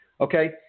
Okay